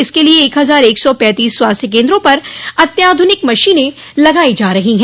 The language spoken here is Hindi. इसके लिए एक हजार एक सौ पैंतीस स्वास्थ्य केन्द्रों पर अत्याधुनिक मशीने लगाई जा रही है